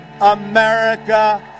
America